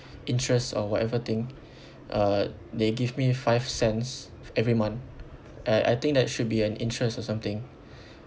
interest or whatever thing uh they give me five cents every month uh I think that should be an interest or something